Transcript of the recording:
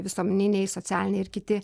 visuomeniniai socialiniai ir kiti